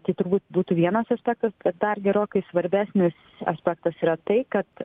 tai turbūt būtų vienas aspektas dar gerokai svarbesnis aspektas yra tai kad